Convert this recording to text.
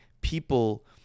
people